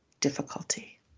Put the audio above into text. difficulty